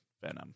Venom